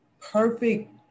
perfect